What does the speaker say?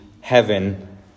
heaven